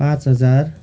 पाँच हजार